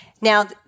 Now